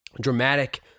Dramatic